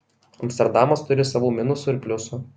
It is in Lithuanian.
amsterdamas turi savų minusų ir pliusų